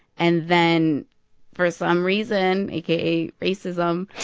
and then for some reason aka racism.